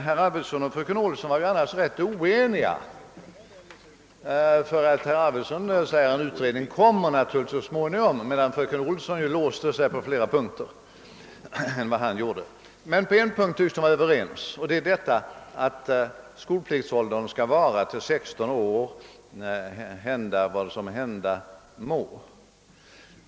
Herr Arvidson och fröken Olsson var i Övrigt ganska oeniga. Herr Arvidson ansåg att en utredning naturligtvis måste komma så småningom, medan ju fröken Olsson låste sig i sin uppfaitning på flera punkter än vad han gjorde. På en punkt tycks de emellertid vara överens, nämligen om att skolplikten skall vara åtminstone tills eleverna fyllt 16 år, hända vad som hända må!